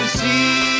see